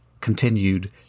continued